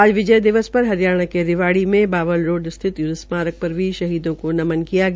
आज विजय दिवस पर हरियाणा के रिवाड़ी में बावल रोड स्थित युद्व स्मारक पर वीर शहीदों को नमन किया गया